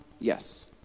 Yes